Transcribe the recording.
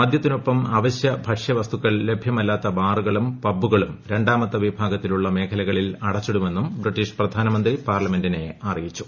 മദ്യത്തിനൊപ്പം അവശൃ ഭക്ഷ്യവസ്തുക്കൾ ലഭൃമല്ലാത്ത ബാറുകളും പബ്ബുകളും രണ്ടാമത്തെ വിഭാഗത്തിലുള്ള മേഖലകളിൽ അടച്ചിടുമെന്നും ബ്രിട്ടീഷ് പ്രധാനമന്ത്രി പാർലമെന്റിനെ അറിയിച്ചു